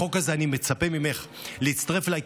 בחוק הזה אני מצפה ממך להצטרף אליי,